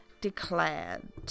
declared